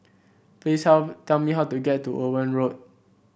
please how tell me how to get to Owen Road